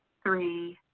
three,